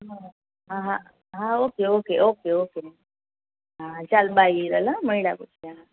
હા હા okay okay okay okay હા ચાલ બાય હિરલ હા ચાલ મયળા પછી હા